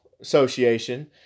Association